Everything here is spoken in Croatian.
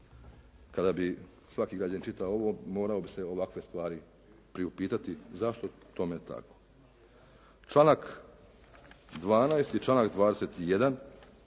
kada bi svaki građanin čitao ovo morao bi se ovakve stvari priupitati zašto je tome tako. Članak 12. i članak 21.